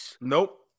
Nope